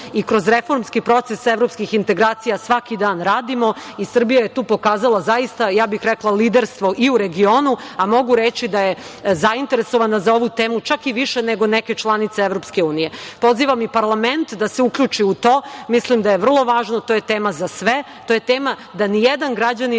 i kroz reformski proces evropskih integracija svaki dan radimo i Srbija je tu pokazala zaista liderstvo i u regionu, a mogu reći da je zainteresovana za ovu temu čak i više nego neke članice EU.Pozivam i parlament da se uključi u to. Mislim da je vrlo važno. To je tema za sve. To je tema da nijedan građanin